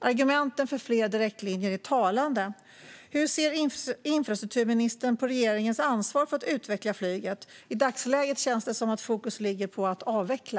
Argumenten för fler direktlinjer är talande. Hur ser infrastrukturministern på regeringens ansvar för att utveckla flyget? I dagsläget känns det som att fokus ligger på att avveckla.